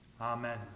Amen